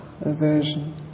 aversion